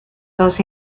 dos